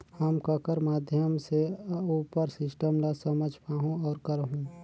हम ककर माध्यम से उपर सिस्टम ला समझ पाहुं और करहूं?